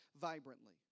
vibrantly